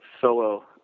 solo